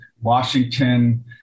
Washington